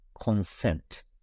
consent